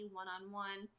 one-on-one